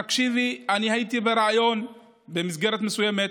תקשיבי, אני הייתי בריאיון במסגרת מסוימת,